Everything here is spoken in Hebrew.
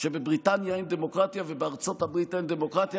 שבבריטניה אין דמוקרטיה ובארצות הברית אין דמוקרטיה